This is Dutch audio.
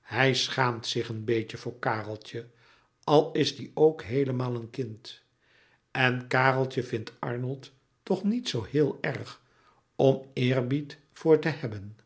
hij schaamt zich een beetje voor kareltje al is die ook heelemaal een kind en kareltje vindt arnold toch niet zoo heel erg om eerbied voor te hebben